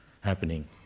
happening